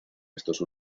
estos